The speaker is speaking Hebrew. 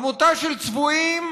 עמותה של צבועים,